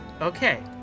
Okay